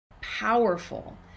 powerful